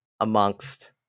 amongst